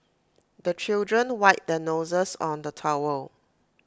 the children wipe their noses on the towel